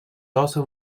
also